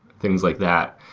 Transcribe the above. things like that.